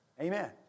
Amen